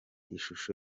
ishusho